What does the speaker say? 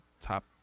top